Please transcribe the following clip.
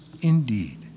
indeed